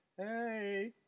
Hey